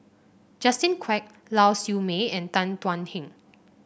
Justin Quek Lau Siew Mei and Tan Thuan Heng